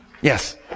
Yes